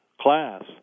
class